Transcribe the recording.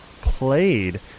played